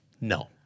no